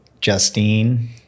Justine